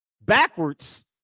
backwards